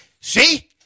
see